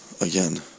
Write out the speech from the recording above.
Again